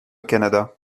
canada